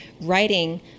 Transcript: writing